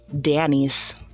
Danny's